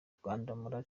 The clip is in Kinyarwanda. rwandamura